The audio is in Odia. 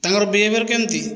ତାଙ୍କର ବିହେଭିଅର କେମିତି